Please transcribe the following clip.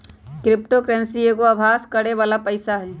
crypto currency एगो अभास करेके बला पइसा हइ